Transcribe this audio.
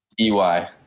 E-Y